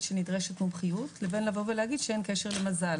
שנדרשת מומחיות לבין לבוא ולהגיד שאין קשר למזל.